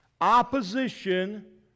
opposition